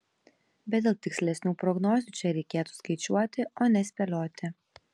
bet dėl tikslesnių prognozių čia reikėtų skaičiuoti o ne spėlioti